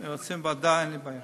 אם רוצים ועדה, אין לי בעיה.